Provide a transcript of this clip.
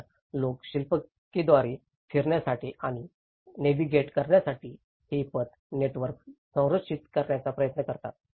तर लोक शिल्पकलेद्वारे फिरण्यासाठी आणि नेव्हिगेट करण्यासाठी हे पथ नेटवर्क संरक्षित करण्याचा प्रयत्न करतात